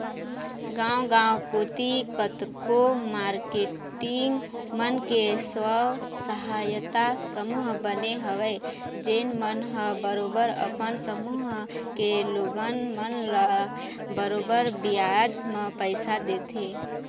गाँव गाँव कोती कतको मारकेटिंग मन के स्व सहायता समूह बने हवय जेन मन ह बरोबर अपन समूह के लोगन मन ल बरोबर बियाज म पइसा देथे